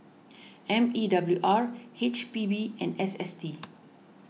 M E W R H P B and S S T